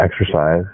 exercise